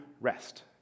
rest